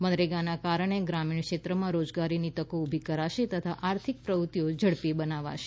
મનરેગાના કારણે ગ્રામીણ ક્ષેત્રમાં રોજગારીની તકો ઉભી કરાશે તથા આર્થિક પ્રવૃત્તિઓ ઝડપી બનાવાશે